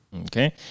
Okay